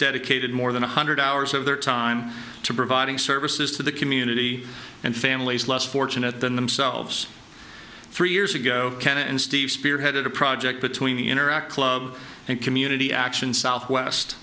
dedicated more than one hundred hours of their time to providing services to the community and families less fortunate than themselves three years ago and steve spearheaded a project between the interact club and community action southwest